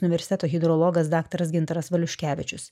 universiteto hidrologas daktaras gintaras valiuškevičius